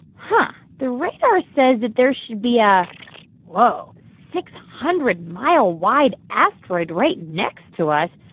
huh. the radar says that there should be a whoa six hundred mile wide asteroid right next to us.